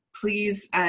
please